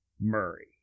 Murray